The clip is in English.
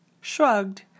shrugged